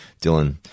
Dylan